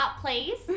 please